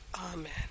Amen